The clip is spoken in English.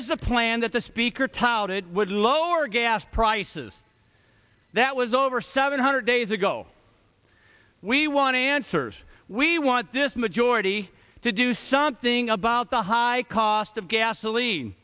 a plan that the speaker touted would lower gas prices that was over seven hundred days ago we want answers we want this majority to do something about the high cost of gasoline